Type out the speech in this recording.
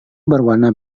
berwarna